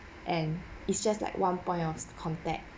and it's just like one point of contact